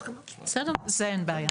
בסדר גמור, אין בעיה.